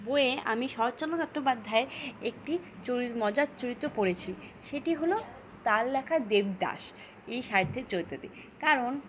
বইয়ে আমি শরৎচন্ন চট্টোপাধ্যায়ের একটি চ মজার চরিত পড়েছি সেটি হলো তার লেখা দেবদাস এই সাহিত্যের চরিত্রটি কারণ